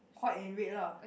white and red lah